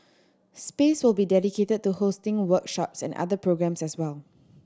space will be dedicated to hosting workshops and other programmes as well